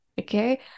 okay